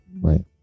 Right